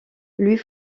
louis